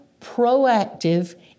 proactive